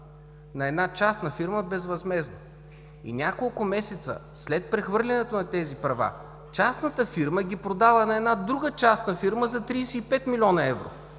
на една частна фирма, безвъзмездно. И няколко месеца след прехвърлянето на тези права, частната фирма ги продава на друга частна фирма за 35 млн. евра.